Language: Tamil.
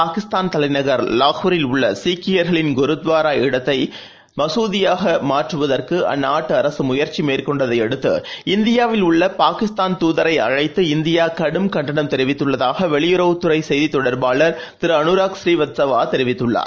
பாகிஸ்தான் தலைநகர் லாகூரில் உள்ள சீக்கியர்களின் குருத்வாரா இருந்த இடத்தை மகுதியாக மாற்றுவதற்கு அந்நாட்டு அரசு முயற்சி மேற்கொண்டதை யடுத்து இந்தியாவில் உள்ள பாகிஸ்தான் தூதரை அழைத்து இந்தியா கடும் கண்டனம் தெரிவித்துள்ளதாக வெளியுறவுத் துறை செய்தித் தொடர்பாளர் திரு அனுராக் புநீவத்சவா தெரிவித்துள்ளார்